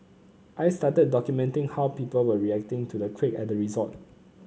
I started documenting how people were reacting to the quake at the resort